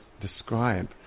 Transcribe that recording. describe